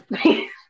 please